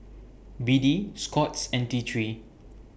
B D Scott's and T three